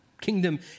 kingdom